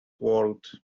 world